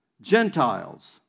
Gentiles